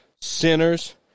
sinners